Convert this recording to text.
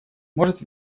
может